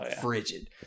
frigid